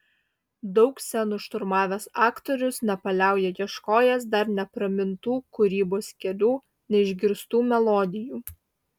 daug scenų šturmavęs aktorius nepaliauja ieškojęs dar nepramintų kūrybos kelių neišgirstų melodijų